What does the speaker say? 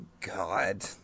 God